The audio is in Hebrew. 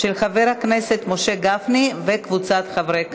של חבר הכנסת משה גפני וקבוצת חברי הכנסת.